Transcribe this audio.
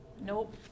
Nope